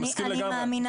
אני מסכים לגמרי.